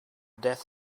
death